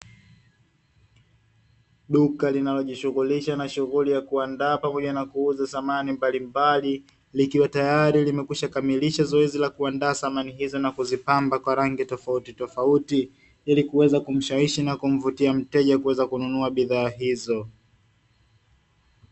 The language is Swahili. Duka linalojishughulisha na shughuli ya kuandaa pamoja na kuuza samani mbalimbali, likiwa tayari limekwisha kamilisha zoezi la kuandaa samani hizo na kuzipamba kwa rangi tofautitofauti, ili kuweza kumshawishi na kumvutia mteja kuweza kununua bidhaa hizo.